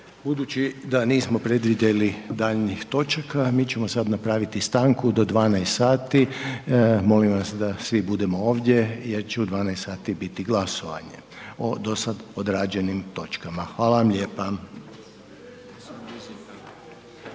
Budući da nismo predvidjeli daljnjih točaka, mi ćemo sada napraviti stanku do 12.00 sati, molim vas da svi budemo ovdje jer će u 12.00 biti glasovanje o do sada odrađenim točkama. Hvala vam lijepa.